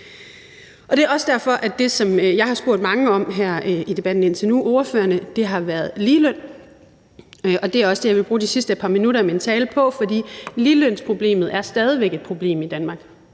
Det er også derfor, at det, som jeg har spurgt mange af ordførerne om her i debatten indtil nu, har været ligeløn, og det er også det, jeg vil bruge de sidste par minutter af min tale på, for ligelønsproblemet er stadig væk et problem i Danmark.